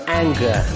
anger